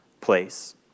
place